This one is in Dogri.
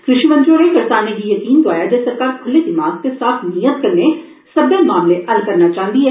कृषि मंत्री होरे करसाने गी जकीन दोआया जे सरकार खुल्ले दिमाग ते साफ नीयत कन्नै सब्बै मामले हल्ल करना चांहदी ऐ